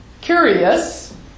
curious